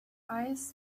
eyes